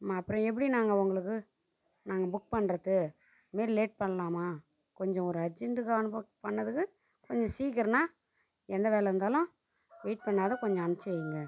ம அப்புறம் எப்படி நாங்கள் உங்களுக்கு நாங்கள் புக் பண்ணுறது இதுமாதிரி லேட் பண்ணலாமா கொஞ்சம் ஒரு அர்ஜெண்ட்டுக்காக புக் பண்ணிணதுக்கு கொஞ்சம் சீக்கிரன்னா எந்த வேலை இருந்தாலும் வெயிட் பண்ணாத கொஞ்சம் அனுப்பிச்சி வைங்க